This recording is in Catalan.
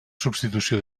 substitució